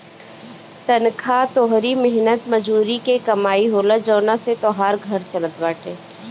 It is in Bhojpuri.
तनखा तोहरी मेहनत मजूरी के कमाई होला जवना से तोहार घर चलत बाटे